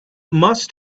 must